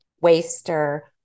waster